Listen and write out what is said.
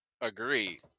agree